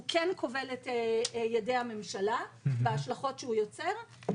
הוא כן כובל את ידי הממשלה בהשלכות שהוא יוצר,